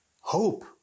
hope